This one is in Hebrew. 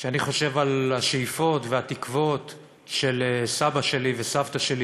כשאני חושב על השאיפות והתקוות של סבא שלי וסבתא שלי,